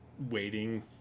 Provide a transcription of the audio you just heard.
waiting